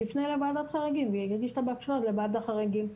שיפנה לוועדת החריגים ויגיש את הבקשה לוועדת החריגים.